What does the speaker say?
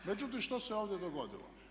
Međutim, što se ovdje dogodilo?